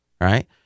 right